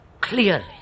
clearly